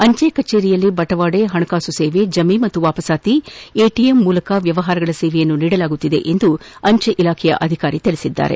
ಅಂಜೆ ಕಚೇರಿಯಲ್ಲಿ ಬಟವಾಡೆ ಹಣಕಾಸು ಸೇವೆ ಜಮೆ ಮತ್ತು ವಾಪಸ್ಲಾಕಿ ಎಟಿಎಂ ಮೂಲಕ ವ್ಚವಹಾರಗಳ ಸೇವೆಯನ್ನು ನೀಡಲಾಗುತ್ತಿದೆ ಎಂದು ಅಂಜೆ ಇಲಾಖೆ ಅಧಿಕಾರಿ ತಿಳಿಸಿದ್ದಾರೆ